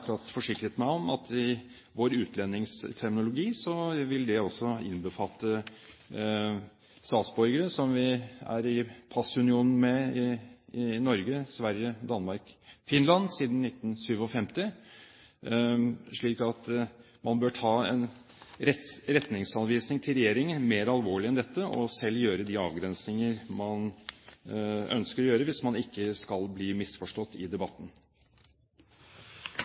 forsikret meg om at i vår utlendingsterminologi vil det også innbefatte statsborgere fra land som Norge siden 1954 har vært i passunion med, Sverige, Danmark, Finland. Man bør altså ta en retningsanvisning til regjeringen mer alvorlig enn dette og selv gjøre de avgrensninger man ønsker å gjøre hvis man ikke skal bli misforstått i debatten.